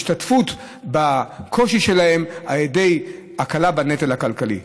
השתתפות בקושי שלהן על ידי הקלה בנטל הכלכלי.